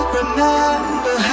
remember